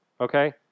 okay